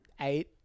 eight